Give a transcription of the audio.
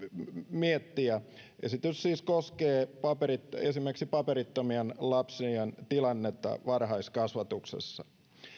miettiä esitys siis koskee esimerkiksi paperittomien lapsien tilannetta varhaiskasvatuksessa